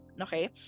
okay